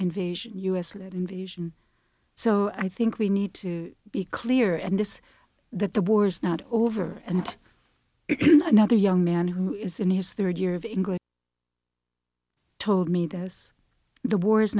invasion u s led invasion so i think we need to be clear and this that the war is not over and another young man who is in his third year of in good told me this the war is